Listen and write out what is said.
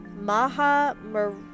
Maha